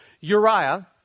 uriah